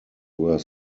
were